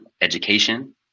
education